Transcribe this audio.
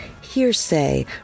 hearsay